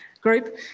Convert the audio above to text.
group